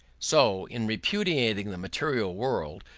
so, in repudiating the material world,